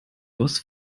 goss